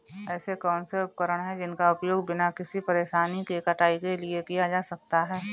ऐसे कौनसे उपकरण हैं जिनका उपयोग बिना किसी परेशानी के कटाई के लिए किया जा सकता है?